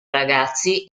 ragazzi